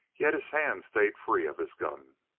yet his hand stayed free of his gun.